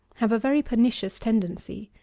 have a very pernicious tendency,